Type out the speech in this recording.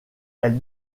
elle